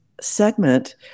segment